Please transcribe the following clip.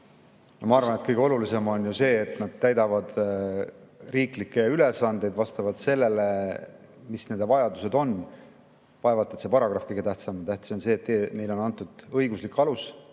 Ma arvan, et kõige olulisem on ju see, et nad täidavad riiklikke ülesandeid vastavalt sellele, mis nende vajadused on. Vaevalt, et see paragrahv kõige tähtsam on, tähtis on see, et neile on antud õiguslik alus